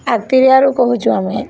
ଆଗ୍ତିରିଆରୁ କହୁଛୁ ଆମେ